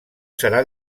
serà